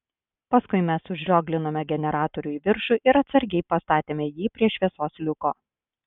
paskui mes užrioglinome generatorių į viršų ir atsargiai pastatėme jį prie šviesos liuko